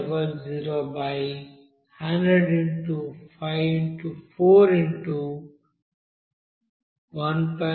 t చివరికి 668